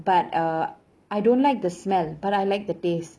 but uh I don't like the smell but I like the taste